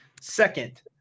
Second